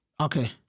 Okay